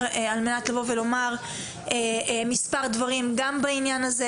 על מנת לבוא ולומר מספר דברים בעניין הזה.